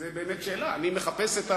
זו באמת שאלה, אני מחפש,